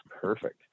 perfect